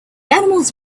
animals